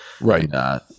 right